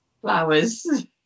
flowers